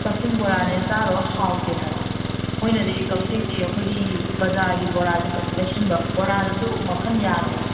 ꯀꯛꯆꯤꯡ ꯕꯣꯔꯥꯅꯦꯅ ꯆꯥꯔꯨꯔꯒ ꯍꯥꯎꯇꯦ ꯍꯥꯏꯕ ꯃꯣꯏꯅꯗꯤ ꯀꯛꯆꯤꯡꯒꯤ ꯑꯩꯈꯣꯏꯒꯤ ꯕꯖꯥꯔꯒꯤ ꯕꯣꯔꯥꯁꯦ ꯇꯣꯛ ꯂꯩꯁꯟꯕ ꯕꯣꯔꯥꯗꯁꯨ ꯃꯈꯟ ꯌꯥꯝꯃꯦꯕ